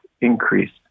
increased